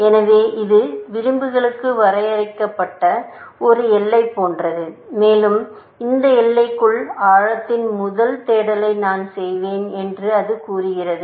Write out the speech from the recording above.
எனவே இது விளிம்புகளுக்கு வரையப்பட்ட ஒரு எல்லை போன்றது மேலும் இந்த எல்லைக்குள் ஆழத்தின் முதல் தேடலை நான் செய்வேன் என்று அது கூறுகிறது